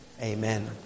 Amen